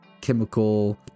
chemical